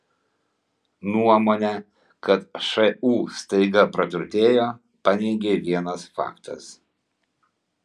nuomonę kad šu staiga praturtėjo paneigė vienas faktas